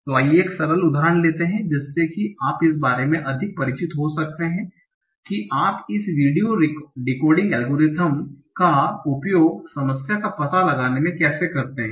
तो आइए एक सरल उदाहरण लेते हैं जिससे कि आप इस बारे में अधिक परिचित हो सकते हैं कि आप इस वीडियो डिकोडिंग एल्गोरिथ्म का उपयोग समस्या का पता लगाने में कैसे करते हैं